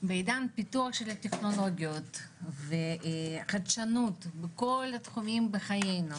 בעידן פיתוח של הטכנולוגיות וחדשות בכל התחומים בחיינו,